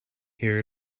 here